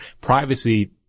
privacy